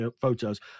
photos